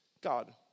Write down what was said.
God